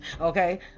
okay